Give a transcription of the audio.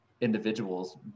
individuals